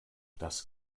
das